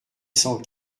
cent